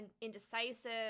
indecisive